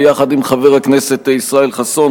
ביחד עם חבר הכנסת ישראל חסון,